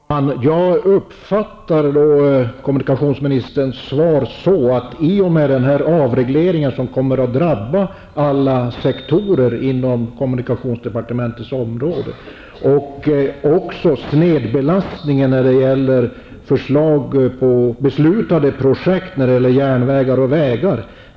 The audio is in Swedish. Herr talman! Jag uppfattar kommunikationsministerns svar så att han genom de insatser som regeringen avser att göra i samband med den avreglering som skall drabba alla sektorer inom kommunikationsdepartementets område kommer att klara snedbelastningen när det gäller föreslagna och beslutade projekt för järnvägar och vägar.